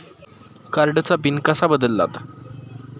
कार्डचा पिन कसा बदलतात?